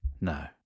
no